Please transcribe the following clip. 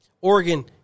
Oregon